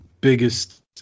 biggest